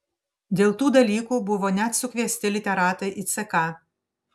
dėl tų dalykų buvo net sukviesti literatai į ck